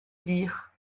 dire